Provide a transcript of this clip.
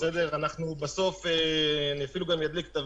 אני אפילו גם אדליק את הווידיאו.